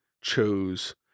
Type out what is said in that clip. chose